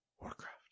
Warcraft